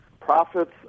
Profits